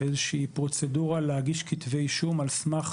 איזושהי פרוצדורה להגיש כתבי אישום על סמך